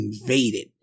invaded